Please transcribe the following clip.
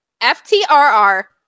F-T-R-R